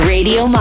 Radio